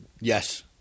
Yes